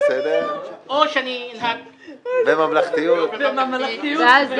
או שאני אנהג באופן ממלכתי ולא אצביע.